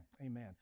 amen